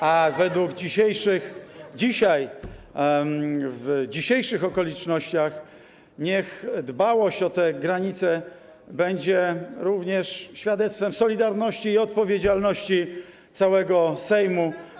A dzisiaj, w dzisiejszych okolicznościach niech dbałość o te granice będzie również świadectwem solidarności i odpowiedzialności całego Sejmu.